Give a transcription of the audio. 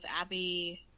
Abby